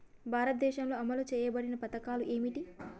భారతదేశంలో అమలు చేయబడిన పథకాలు ఏమిటి?